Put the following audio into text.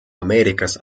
ameerikas